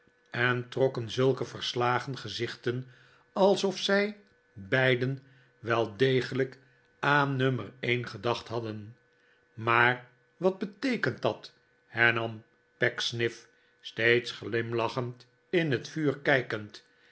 en trokken zulke verslagen gezichten alsof zij beiden wel degelijk aan nummer een gedacht hadden maar wat beteekent dat hernam pecksniff steeds giimlachend in het vuur kijkend